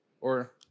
or-